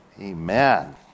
Amen